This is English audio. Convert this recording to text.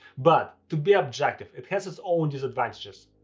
but to be objective, it has its own disadvantages.